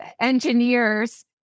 engineers